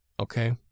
Okay